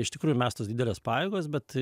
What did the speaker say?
iš tikrųjų mestos didelės pajėgos bet